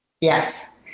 Yes